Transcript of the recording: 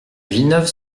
villeneuve